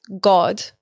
God